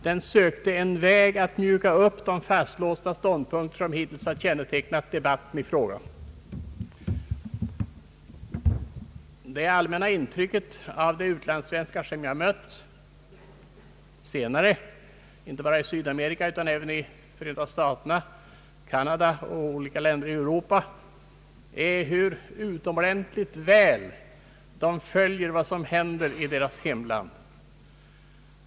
Den sökte en väg att mjuka upp de fastlåsta ståndpunkter som hittills kännetecknat debatten i frågan. Det allmänna intrycket av de utlandssvenskar jag mött, inte bara i Sydamerika utan även i USA, Canada och i en rad olika länder i Europa, är att de utomordentligt väl följer med vad som händer i deras hemland.